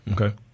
Okay